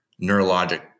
neurologic